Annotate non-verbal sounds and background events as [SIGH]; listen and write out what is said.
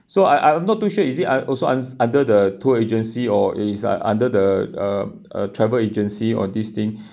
so I'm~ I'm not too sure is it I also un~ under the tour agency or is like under the uh travel agency or this thing [BREATH]